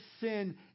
sin